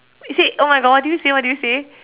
you say oh my God what did you say what did you say